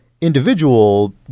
individual